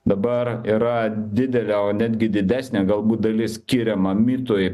dabar yra didelė o netgi didesnė galbūt dalis skiriama mitui